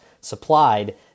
supplied